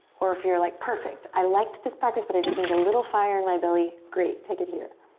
or if you're like, perfect. i liked this practice, but i just need a little fire in my belly, great, take it here.